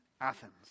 Athens